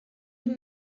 you